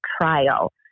trial